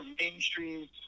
mainstream